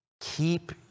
Keep